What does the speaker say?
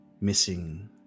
missing